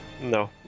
no